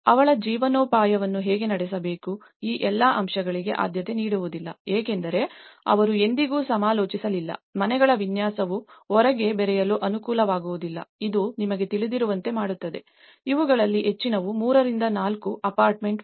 ಅವಳ ಜೀವನೋಪಾಯವನ್ನು ಹೇಗೆ ನಡೆಸಬೇಕು ಈ ಎಲ್ಲಾ ಅಂಶಗಳಿಗೆ ಆದ್ಯತೆ ನೀಡಲಾಗುವುದಿಲ್ಲ ಏಕೆಂದರೆ ಅವರು ಎಂದಿಗೂ ಸಮಾಲೋಚಿಸಲಿಲ್ಲ ಮನೆಗಳ ವಿನ್ಯಾಸವು ಹೊರಗೆ ಬೆರೆಯಲು ಅನುಕೂಲವಾಗುವುದಿಲ್ಲ ಇದು ನಿಮಗೆ ತಿಳಿದಿರುವಂತೆ ಮಾಡುತ್ತದೆ ಇವುಗಳಲ್ಲಿ ಹೆಚ್ಚಿನವು ಮೂರರಿಂದ ನಾಲ್ಕು ಅಪಾರ್ಟ್ಮೆಂಟ್ ಮಾದರಿಗಳು